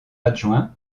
adjoint